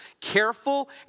Careful